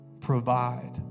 provide